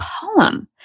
poem